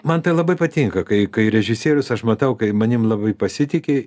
man tai labai patinka kai kai režisierius aš matau kai manim labai pasitiki